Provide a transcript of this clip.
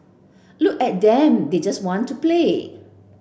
look at them they just want to play